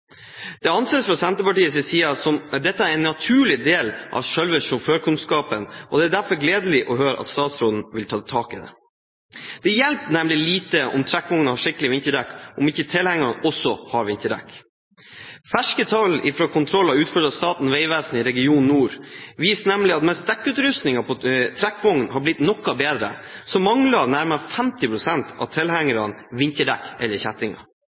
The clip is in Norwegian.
Det anses fra Senterpartiets side at dette er en naturlig del av selve sjåførkunnskapen. Det er derfor gledelig å høre at statsråden vil ta tak i det. Det hjelper nemlig lite om trekkvognen har skikkelige vinterdekk, om ikke tilhengeren også har vinterdekk. Ferske tall fra kontroller utført av Statens vegvesen i Region nord, viser nemlig at mens dekkutrustningen på trekkvogner har blitt noe bedre, mangler nærmest 50 pst. av tilhengerne vinterdekk eller